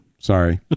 Sorry